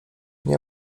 nie